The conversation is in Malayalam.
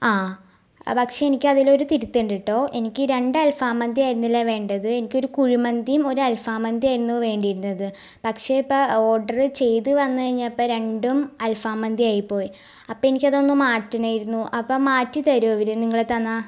ആ പക്ഷേ എനിക്ക് അതിൽ ഒരു തിരുത്ത് ഉണ്ട് കേട്ടോ എനിക്ക് രണ്ട് അൽഫാം മന്തി ആയിരുന്നില്ല വേണ്ടത് എനിക്കൊരു കുഴി മന്തിയും ഒരു അൽഫാം മന്തിയുമായിരുന്നു വേണ്ടിയിരുന്നത് പക്ഷേ ഇപ്പം ഓർഡർ ചെയ്ത് വന്ന് കഴിഞ്ഞപ്പം രണ്ടും അൽഫാം മന്തിയായിപ്പോയി അപ്പം എനിക്ക് അതൊന്ന് മാറ്റണമായിരുന്നു അപ്പം മാറ്റി തരുമോ ഇവർ നിങ്ങൾ തന്നാൽ